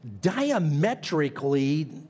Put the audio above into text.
diametrically